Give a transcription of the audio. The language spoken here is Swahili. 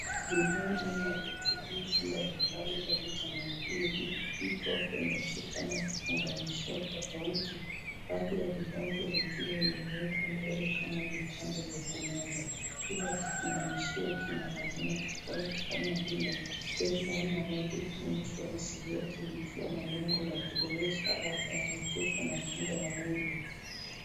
Vidonge na virutubisho mbalimbali vya (cs)vitamin D(cs) viko kwenye chupa na viunganishio tofauti, baadhi ya vidonge vikiwa vimewekwa mbele kama vipande vya kumeza. Kila kifunganishio kina majina tofauti kama (cs)Dairyland(cs) na nordic neutrals vyote vikiwa na lengo la kuboresha afya ya mifugo na kinga ya mwili.